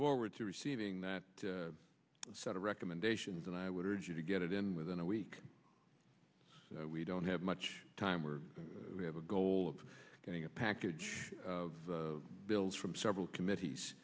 forward to receiving that set of recommendations and i would urge you to get it in within a week we don't have much time or we have a goal of getting a package of bills from several committees